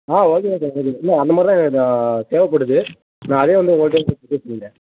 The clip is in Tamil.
ஆ ஓகே ஓகே சார் இல்ல அந்த மாதிரி தான் தேவைப்படுது நான் அதே வந்து உங்கள்கிட்ட